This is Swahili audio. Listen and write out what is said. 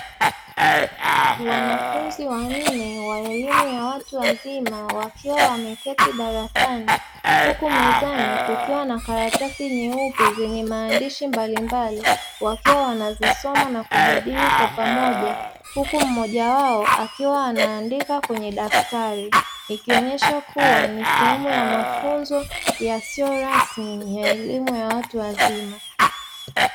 Wanafunzi wanne wa elimu ya watu wazima wakiwa wameketi darasani huku mezani kukiwa na karatasi nyeupe zenye maandishi mbalimbali wakiwa wanazisoma na kujadili kwa pamoja, huku mmoja wao akiwa anaandika kwenye daftari; ikionyesha kuwa ni sehemu ya mafunzo yasiyo rasmi ya elimu ya watu wazima.